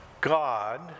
God